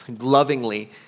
lovingly